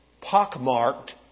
pockmarked